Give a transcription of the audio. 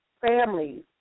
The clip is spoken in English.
families